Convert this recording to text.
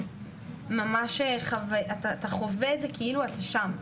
ממש אתה חווה את זה כאילו אתה שם.